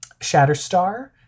Shatterstar